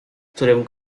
którym